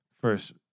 First